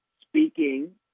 Speaking